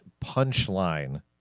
punchline